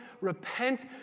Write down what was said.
repent